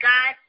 God